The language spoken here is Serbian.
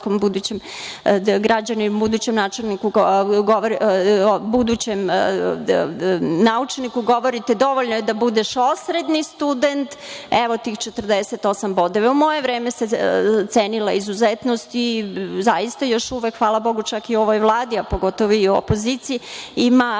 budućem naučniku govorite – dovoljno je da budeš osrednji student, evo ti 48 bodova. U moje vreme se cenila izuzetnost i zaista još uvek, hvala Bogu, čak i u ovoj Vladi, a pogotovo i u opoziciji, ima